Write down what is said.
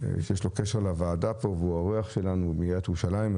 שיש לו קשר לוועדה פה והוא אורח שלנו מעיריית ירושלים.